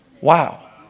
Wow